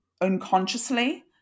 unconsciously